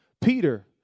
Peter